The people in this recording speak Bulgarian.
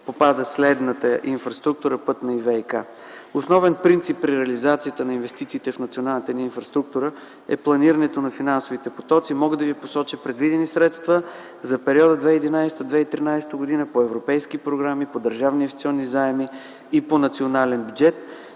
попадат следните инфраструктури: пътна и ВиК. Основен принцип при реализацията на инвестициите в националната ни инфраструктура е планирането на финансовите потоци. Мога да ви посоча предвидени средства за периода 2011 2013 г. по европейски програми, по държавни инвестиционни заеми и по национален бюджет.